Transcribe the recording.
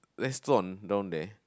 restaurant down there